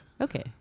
Okay